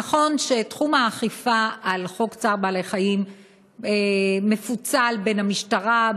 נכון שתחום האכיפה של חוק צער בעלי-חיים מפוצל בין המשטרה,